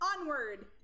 Onward